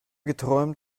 geträumt